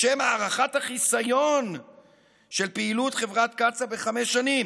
לשם הארכת החיסיון של פעילות חברת קצא"א בחמש שנים,